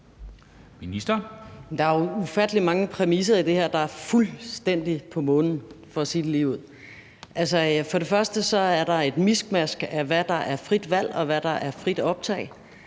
der er ufattelig mange præmisser i det her, der er fuldstændig på månen, for at sige det ligeud. Først og fremmest er det et miskmask, i forhold til hvad der er frit valg og hvad der er frit optag.